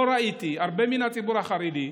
לא ראיתי הרבה מהציבור החרדי,